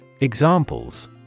Examples